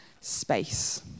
space